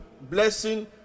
blessing